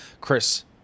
Chris